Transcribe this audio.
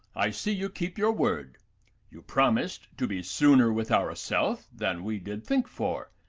i see you keep your word you promised to be sooner with our self than we did think for,